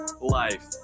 life